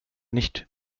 nicht